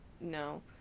no